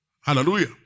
Hallelujah